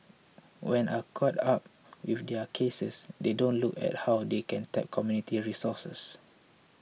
when are caught up with their cases they don't look at how they can tap community resources